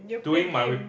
you play game